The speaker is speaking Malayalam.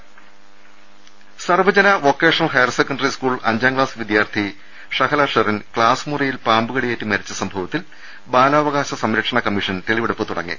രുട്ട്ട്ട്ട്ട്ട്ട Sarvajana vocational higher secondary school അഞ്ചാംക്ലാസ്സ് വിദ്യാർത്ഥി ഷഹല ഷെറിൻ ക്ലാസ്സ് മുറിയിൽ പാമ്പുകടിയേറ്റ് മരിച്ച സംഭവ ത്തിൽ ബാലാവകാശ സംരക്ഷണ കമ്മീഷൻ തെളിവെടുപ്പ് തുടങ്ങി